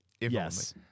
Yes